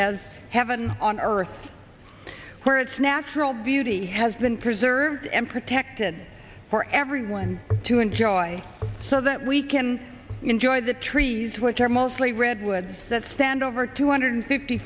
as heaven on earth where its natural beauty has been preserved and protected for everyone to enjoy so that we can enjoy the trees which are mostly redwoods that stand over two hundred fifty